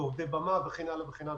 עובדי במה וכן הלאה.